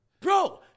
bro